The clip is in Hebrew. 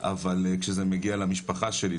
אבל כשזה מגיע למשפחה שלי,